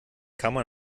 kammer